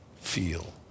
feel